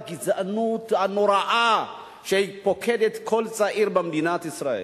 והגזענות הנוראה שפוקדת כל צעיר במדינת ישראל,